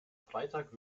freitag